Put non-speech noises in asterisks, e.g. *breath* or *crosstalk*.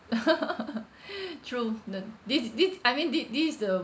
*laughs* *breath* true and this this I mean this this is the